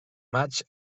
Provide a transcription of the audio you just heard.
matxs